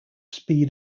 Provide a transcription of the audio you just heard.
speed